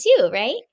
right